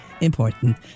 important